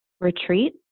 retreat